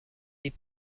des